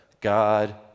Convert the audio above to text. God